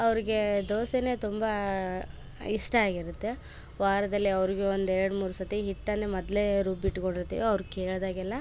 ಅವರಿಗೆ ದೋಸೆನೆ ತುಂಬಾ ಇಷ್ಟ ಆಗಿರುತ್ತೆ ವಾರದಲ್ಲಿ ಅವರಿಗೆ ಒಂದು ಎರಡು ಮೂರು ಸರ್ತಿ ಹಿಟ್ಟನ್ನೆ ಮೊದಲೇ ರುಬ್ಬಿ ಇಟ್ಕೊಂಡಿರ್ತೇವೆ ಅವರು ಕೇಳ್ದಾಗೆಲ್ಲ